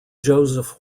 joseph